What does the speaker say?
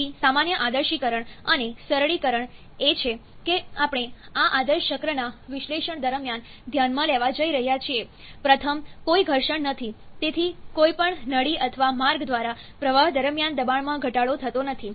તેથી સામાન્ય આદર્શીકરણ અને સરળીકરણ એ છે કે આપણે આ આદર્શ ચક્રના વિશ્લેષણ દરમિયાન ધ્યાનમાં લેવા જઈ રહ્યા છીએ પ્રથમ કોઈ ઘર્ષણ નથી તેથી કોઈપણ નળી અથવા માર્ગ દ્વારા પ્રવાહ દરમિયાન દબાણમાં ઘટાડો થતો નથી